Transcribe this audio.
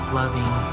loving